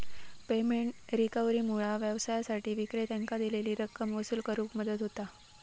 payment रिकव्हरीमुळा व्यवसायांसाठी विक्रेत्यांकां दिलेली रक्कम वसूल करुक मदत होता